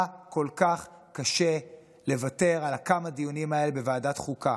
מה כל כך קשה לוותר על הכמה דיונים האלה בוועדת החוקה?